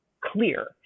clear